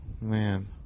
Man